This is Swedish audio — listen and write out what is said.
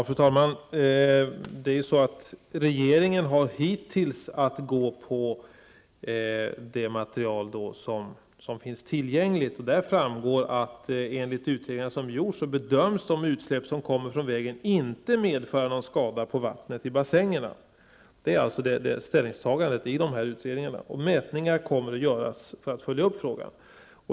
Fru talman! Regeringen har haft att utgå från det material som finns tillgängligt. Enligt de utredningar som har gjorts bedöms de utsläpp som kommer från vägen inte medföra någon skada på vattnet i bassängarna. Det är ställningstagandet i dessa utredningar. Mätningar kommer att göras för att följa upp frågan.